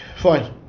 Fine